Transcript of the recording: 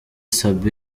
sabin